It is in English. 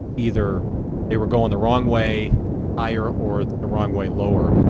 either they were going the wrong way higher or the wrong way lower.